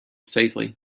safely